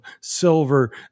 silver